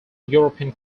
european